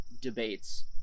debates